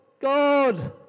God